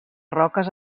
roques